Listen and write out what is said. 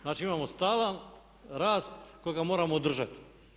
Znači imamo stalan rast kojega moramo održati.